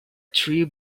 tree